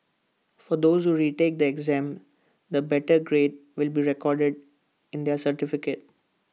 for those who retake the exam the better grade will be recorded in their certificate